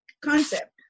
concept